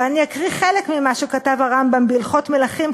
ואני אקריא חלק ממה שכתב הרמב"ם בהלכות מלכים,